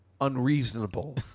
unreasonable